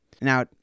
Now